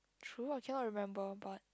true I cannot remember but